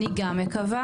אני גם מקווה,